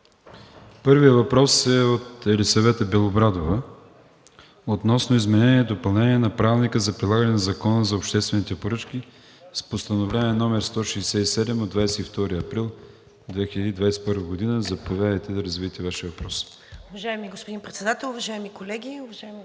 Първият въпрос е от Елисавета Белобрадова относно изменение и допълнение на Правилника за прилагане на Закона за обществените поръчки с Постановление № 167 от 22 април 2021 г. Заповядайте да развиете Вашия въпрос.